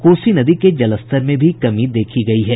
कोसी नदी के जलस्तर में भी कमी देखी गयी है